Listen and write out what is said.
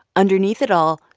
underneath it all,